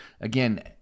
Again